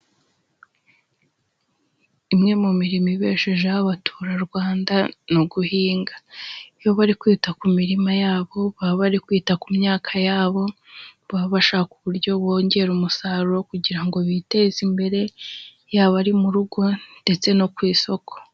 Imwe mu mirimo ibeshejeho abaturarwanda ni uguhinga. Iyo bari kwita ku mirima yabo baba bari kwita ku myaka yabo, baba bashaka uburyo bongera umusaruro kugira ngo biteze imbere, yaba ari mu rugo ndetse no ku isoko.